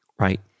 right